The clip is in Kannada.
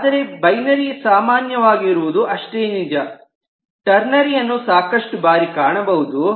ಆದರೆ ಬೈನರಿ ಸಾಮಾನ್ಯವಾಗಿರುವುದು ಅಷ್ಟೇ ನಿಜ ಟರ್ನೆರಿ ಯನ್ನು ಸಾಕಷ್ಟು ಬಾರಿ ಕಾಣಬಹುದು